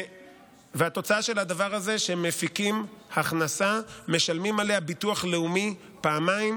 התוצאה של הדבר הזה היא שמפיקים הכנסה ומשלמים עליה ביטוח לאומי פעמיים